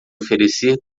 oferecer